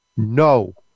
No